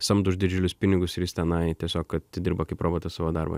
samdo už didžiulius pinigus ir jis tenai tiesiog atidirba kaip robotas savo darbą